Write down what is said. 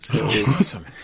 Awesome